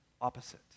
opposite